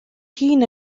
hun